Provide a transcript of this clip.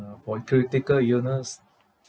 uh for critical illness